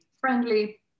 friendly